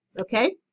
Okay